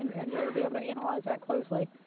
and and really be able to analyze that closely,